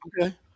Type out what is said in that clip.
Okay